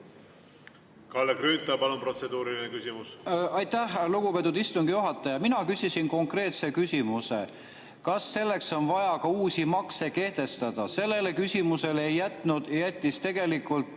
Kalle Grünthal, palun, protseduuriline küsimus! Aitäh, lugupeetud istungi juhataja! Mina küsisin konkreetse küsimuse: kas selleks on vaja ka uusi makse kehtestada? Sellele küsimusele jättis lugupeetud